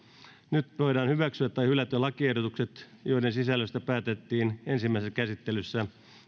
nyt voidaan hyväksyä tai hylätä lakiehdotukset joiden sisällöstä päätettiin ensimmäisessä käsittelyssä